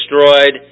destroyed